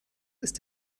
ist